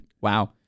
wow